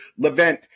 Levent